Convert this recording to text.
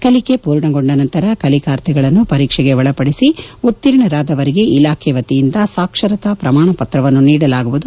ಕಲಿಕೆ ಪೂರ್ಣಗೊಂಡ ನಂತರ ಕಲಿಕಾರ್ಥಿಗಳನ್ನು ಪರೀಕ್ಷೆಗೆ ಒಳಪಡಿಸಿ ಉತ್ತೀರ್ಣರಾದವರಿಗೆ ಇಲಾಖೆ ವತಿಯಿಂದ ಸಾಕ್ಷರತಾ ಪ್ರಮಾಣಪತ್ರವನ್ನು ನೀಡಲಾಗುವುದು